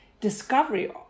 discovery